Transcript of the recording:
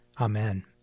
Amen